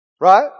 Right